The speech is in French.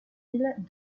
îles